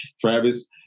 Travis